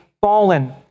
fallen